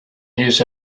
his